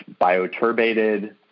bioturbated